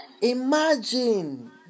Imagine